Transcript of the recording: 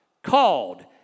called